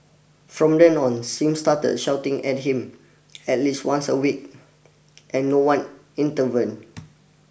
from then on Sim started shouting at him at least once a week and no one